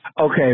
Okay